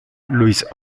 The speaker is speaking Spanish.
luis